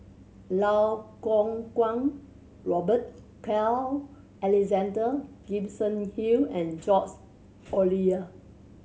Lau Kuo Guang Robert Carl Alexander Gibson Hill and George Oliyer